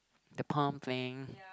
the pumping